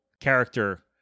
character